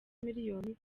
miliyoni